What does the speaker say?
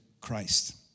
Christ